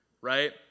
right